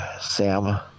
Sam